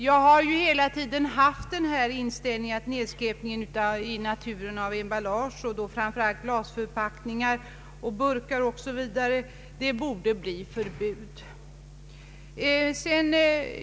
Jag har alltid haft den inställningen att det borde bli ett förbud mot nedskräpningen i naturen med emballage, framför allt glasförpackningar, burkar osv.